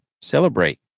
Celebrate